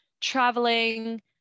traveling